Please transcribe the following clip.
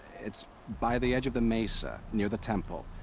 it's. by the edge of the mesa. near the temple.